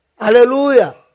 Hallelujah